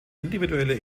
individuelle